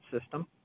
system